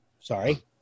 Sorry